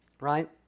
right